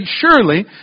surely